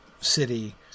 city